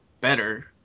better